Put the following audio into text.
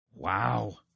Wow